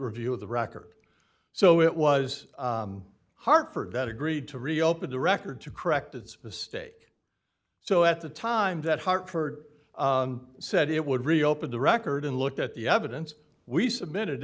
review of the record so it was hartford that agreed to reopen the record to correct it's the stake so at the time that hartford said it would reopen the record and looked at the evidence we submitted